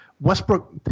Westbrook